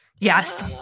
yes